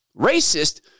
racist